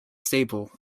stable